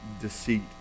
Deceit